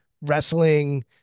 wrestling